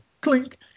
clink